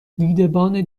دیدبان